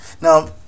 Now